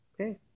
Okay